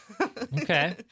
okay